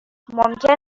ممکن